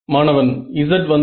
மாணவன் z வந்து